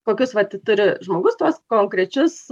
kokius vat turi žmogus tuos konkrečius